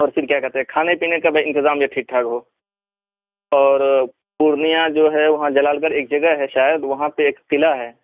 اور پھر کیا کہتے ہیں کھانے پینے کا بھائی انتظام بھی ٹھیک ٹھاک ہو اور پورنیہ جو ہے وہاں جلال گڑھ ایک جگہ ہے شاید وہاں پہ ایک قلعہ ہے